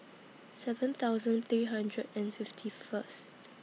seven thousand three hundred and fifty First